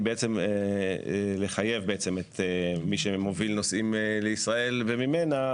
לחייב את מי שמוביל נוסעים לישראל וממנה,